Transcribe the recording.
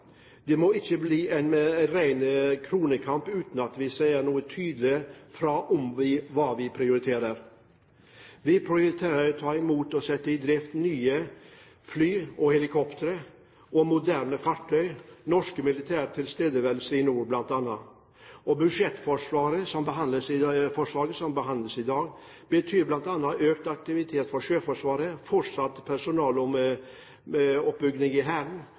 Det må ikke bli en ren kronekamp uten at vi sier tydelig fra om hva vi prioriterer. Vi prioriterer å ta imot og sette i drift nye fly og helikoptre og moderne fartøy samt norsk militær tilstedeværelse i nord, bl.a. Budsjettforslaget som behandles i dag, betyr bl.a. økt aktivitet for Sjøforsvaret, fortsatt personelloppbygging i Hæren og innfasing av nye transportfly. I